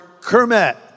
kermit